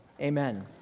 Amen